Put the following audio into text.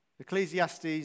Ecclesiastes